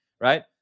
right